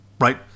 right